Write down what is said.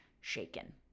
shaken